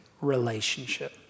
relationship